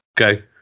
okay